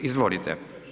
Izvolite.